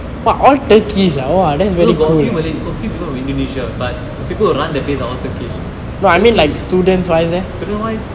no got a few malay got a few people from indonesia but people who run the place are all turkish students wise